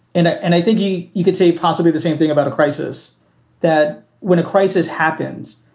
and ah and i think he you can say possibly the same thing about a crisis that when a crisis happens.